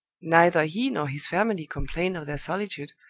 neither he nor his family complained of their solitude,